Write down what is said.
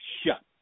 shut